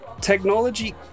technology